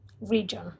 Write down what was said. region